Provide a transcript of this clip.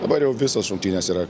dabar jau visos rungtynės yra